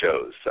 shows